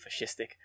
fascistic